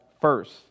first